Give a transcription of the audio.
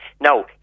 Now